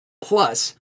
plus